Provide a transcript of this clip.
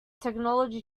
technology